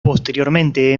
posteriormente